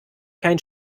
keinen